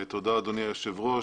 תודה אדוני היושב ראש.